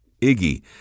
Iggy